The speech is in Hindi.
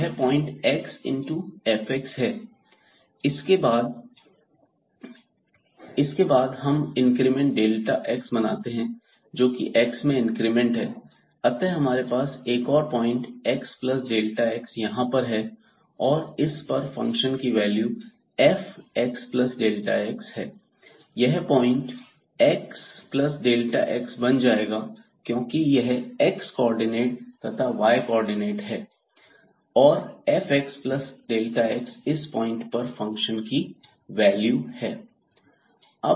यह point x into f है इसके बाद हम इंक्रीमेंट x बनाते हैं जोकि x में इंक्रीमेंट है अतः हमारे पास एक और पॉइंट xx यहां पर है और इस पर फंक्शन की वैल्यू f xx है यह पॉइंट xx बन जाएगा क्योंकि यह x कोऑर्डिनेट तथा यह y कोऑर्डिनेट है और fxx इस पॉइंट पर फंक्शन की वैल्यू है